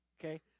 okay